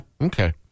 Okay